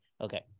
okay